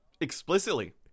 explicitly